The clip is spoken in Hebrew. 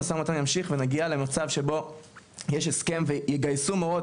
המו"מ ימשיך ונגיע למצב שבו יש הסכם ויגייסו מורות,